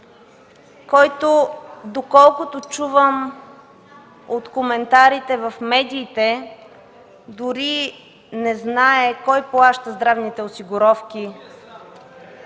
който, доколкото чувам от коментарите в медиите, дори не знае кой плаща здравните осигуровки